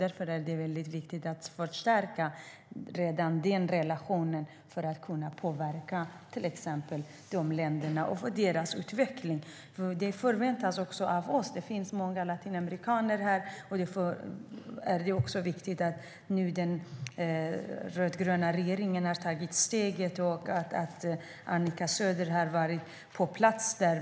Därför är det väldigt viktigt att redan nu förstärka relationen för att kunna påverka de länderna och deras utveckling. Det förväntas också av oss. Det finns många latinamerikaner här, och det är viktigt att den rödgröna regeringen nu har tagit steget och att Annika Söder har varit på plats.